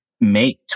make